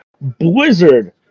Blizzard